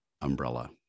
umbrella